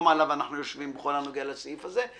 שעליו אנחנו יושבים בכל הנוגע לסעיף הזה,